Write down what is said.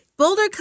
Boulder